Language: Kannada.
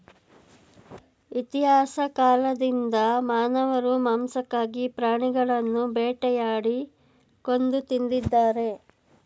ಇತಿಹಾಸ ಕಾಲ್ದಿಂದ ಮಾನವರು ಮಾಂಸಕ್ಕಾಗಿ ಪ್ರಾಣಿಗಳನ್ನು ಬೇಟೆಯಾಡಿ ಕೊಂದು ತಿಂದಿದ್ದಾರೆ